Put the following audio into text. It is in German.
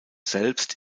selbst